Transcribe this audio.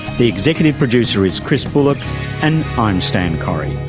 the executive producer is chris bullock and i'm stan correy